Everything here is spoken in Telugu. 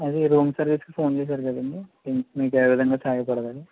అది రూమ్ సర్వీస్ కి ఫోన్ చేశారు కదండి మీకు ఏ విధంగా సహాయపడగలను